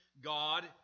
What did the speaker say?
God